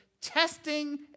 testing